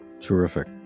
Terrific